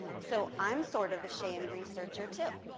so i'm sort of a shame researcher, too.